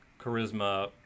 charisma